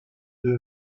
deux